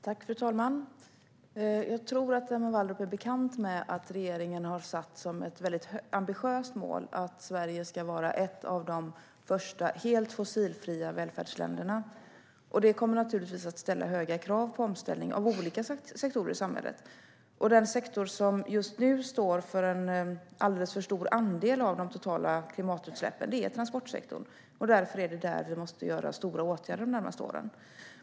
Fru talman! Jag tror att Emma Wallrup känner till att regeringen har satt upp ett väldigt ambitiöst mål om att Sverige ska vara ett av de första helt fossilfria välfärdsländerna. Det kommer naturligtvis att ställa höga krav på omställning av olika sektorer i samhället. Den sektor som just nu står för en alldeles för stor andel av de totala klimatutsläppen är transportsektorn, och därför är det där vi måste vidta stora åtgärder under de närmaste åren.